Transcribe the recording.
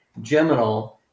geminal